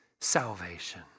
salvation